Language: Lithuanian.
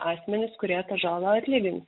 asmenys kurie tą žalą atlygins